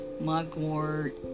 mugwort